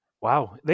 Wow